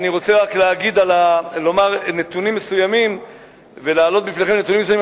אני רוצה רק לומר ולהעלות בפניכם נתונים מסוימים,